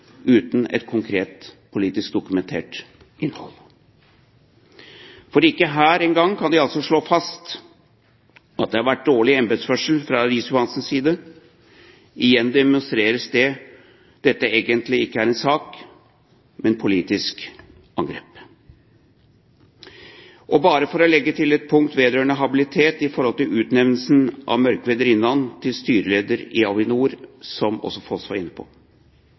uten et konkret politisk dokumentert innhold, for ikke engang her kan de slå fast at det har vært dårlig embetsførsel fra Riis-Johansens side. Igjen demonstreres det at dette egentlig ikke er en sak, men et politisk angrep. La meg bare legge til et punkt vedrørende habilitet i forhold til utnevnelsen av Mørkved Rinnan til styreleder i Avinor, som også Foss var inne på.